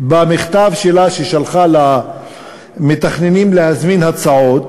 במכתב שלה ששלחה למתכננים להזמין הצעות,